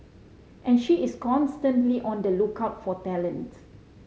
and she is constantly on the lookout for talent